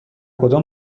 کدام